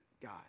God